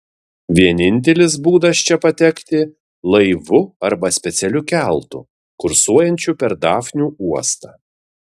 vienintelis būdas čia patekti laivu arba specialiu keltu kursuojančiu per dafnių uostą